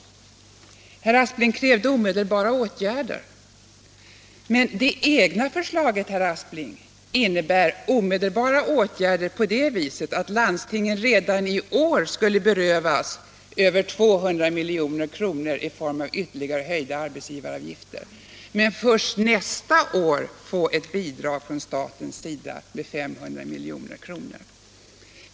Herr Aspling krävde omedelbara åtgärder. Men ert eget förslag, herr Aspling, innebär omedelbara åtgärder på det viset att landstingen i år skulle berövas över 200 milj.kr. i form av ytterligare höjda arbetsgivaravgifter och först nästa år få ett bidrag från staten med 500 milj.kr.